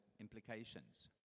implications